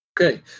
Okay